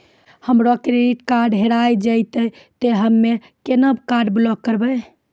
हमरो credit card हेरा जेतै ते हम्मय केना कार्ड ब्लॉक करबै?